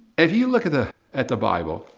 if you look at the at the bible,